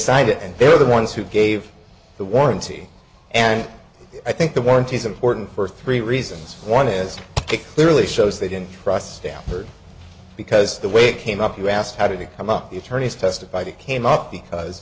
signed it and they're the ones who gave the warranty and i think the warranty is important for three reasons one is it clearly shows they didn't trust stanford because the way it came up you asked how did they come up the attorneys testified it came up because